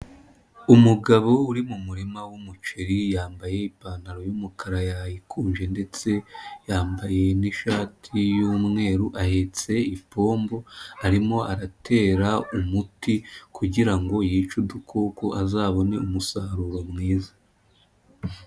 Umugabo uri mu murima w'umuceri, yambaye ipantaro y'umukara yayikunje ndetse yambaye n'ishati y'umweru ahetse ipombo arimo aratera umuti kugira ngo yice udukoko azabone umusaruro mwiza.